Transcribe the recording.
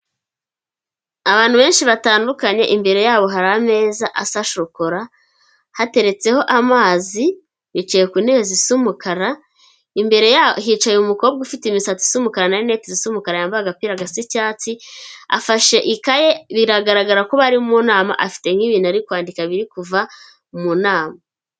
Abantu benshi batandukanye, imbere yabo hari ameza asa shokora, hateretseho amazi, bicaye ku ntebe z'umukara, imbere hicaye umukobwa ufite imisatsi isa umukara na rineti zisa umukara yambaye agapira gasa icyatsi, afashe ikaye biragaragara ko bari mu nama, afite nk'ibintu ari kwandika biri kuva mu nama.